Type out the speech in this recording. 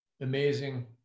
Amazing